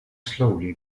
slowly